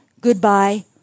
Goodbye